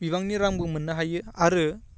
बिबांनि रांबो मोननो हायो आरो